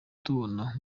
tubona